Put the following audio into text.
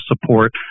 support